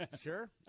Sure